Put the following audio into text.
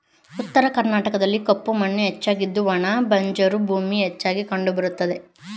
ಉತ್ತರ ಕರ್ನಾಟಕದಲ್ಲಿ ಕಪ್ಪು ಮಣ್ಣು ಹೆಚ್ಚಾಗಿದ್ದು ಒಣ ಬಂಜರು ಭೂಮಿ ಹೆಚ್ಚಾಗಿ ಕಂಡುಬರುತ್ತವೆ